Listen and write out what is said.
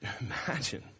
Imagine